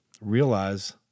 realize